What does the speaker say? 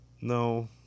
no